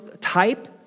type